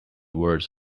words